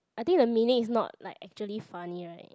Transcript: I think the meaning is not like actually funny right